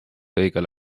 õigel